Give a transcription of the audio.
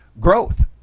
growth